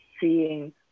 seeing